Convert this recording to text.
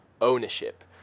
ownership